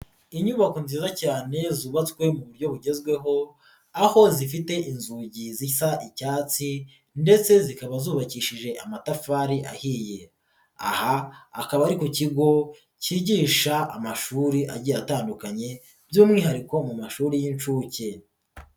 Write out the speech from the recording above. Inyubako nziza cyane zubatswe mu buryo bugezweho aho zifite inzugi zisa icyatsi ndetse zikaba zubakishije amatafari ahiye, aha hakaba ari ku kigo cyigisha amashuri agiye atandukanye by'umwihariko mu mashuri y'inshuke.